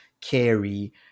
carry